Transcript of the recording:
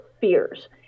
fears